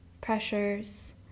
pressures